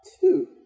Two